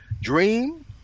Dream